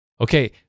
Okay